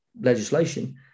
legislation